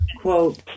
quote